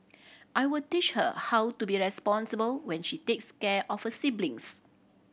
I will teach her how to be responsible when she takes care of her siblings